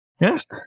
Yes